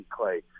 Clay